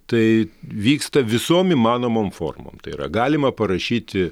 tai vyksta visom įmanomom formom tai yra galima parašyti